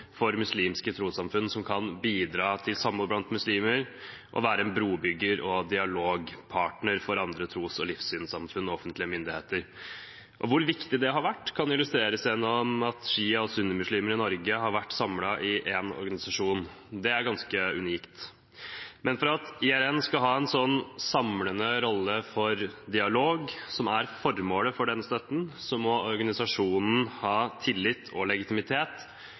for muslimske trossamfunn som kan bidra til samhold blant muslimer og være en brobygger og dialogpartner for andre tros- og livssynsamfunn og offentlige myndigheter. Hvor viktig det har vært, kan illustreres gjennom at sjia- og sunnimuslimer i Norge har vært samlet i én organisasjon. Det er ganske unikt. Men for at IRN skal ha en sånn samlende rolle for dialog, som er formålet for denne støtten, må organisasjonen ha tillit og legitimitet,